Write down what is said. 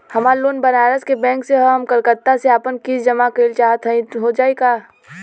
हमार लोन बनारस के बैंक से ह हम कलकत्ता से आपन किस्त जमा कइल चाहत हई हो जाई का?